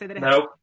Nope